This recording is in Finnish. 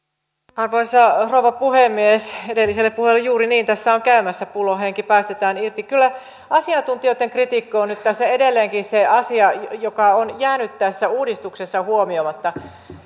arvoisa rouva puhemies edelliselle puhujalle juuri niin tässä on käymässä että pullonhenki päästetään irti kyllä asiantuntijoitten kritiikki on nyt tässä edelleenkin se asia joka on jäänyt tässä uudistuksessa huomioimatta